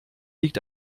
liegt